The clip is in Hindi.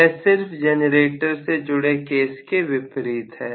यह सिर्फ जनरेटर से जुड़े केस के विपरीत है